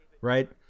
right